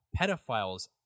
pedophiles